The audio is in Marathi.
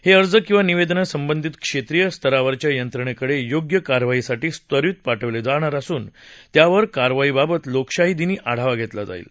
हे अर्ज किंवा निवेदनं संबंधित क्षेत्रीय स्तरावरच्या यंत्रणेकडे योग्य कार्यवाहीसाठी त्वरित पाठवले जाणार असून त्यावर कार्यवाहीबाबत लोकशाही दिनी आढावा घेतला जाईल